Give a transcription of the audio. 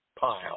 pile